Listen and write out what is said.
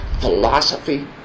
philosophy